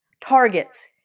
targets